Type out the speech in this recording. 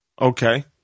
Okay